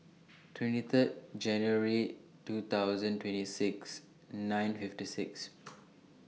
twenty Third January two thousand twenty six nine fifty six